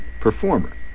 performer